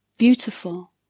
Beautiful